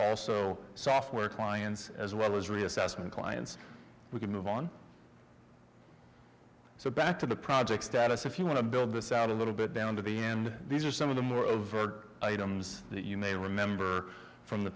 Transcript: also software clients as well as reassessment clients we can move on so back to the project status if you want to build this out a little bit down to the end these are some of the more of our items that you may remember from the